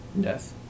yes